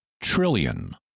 trillion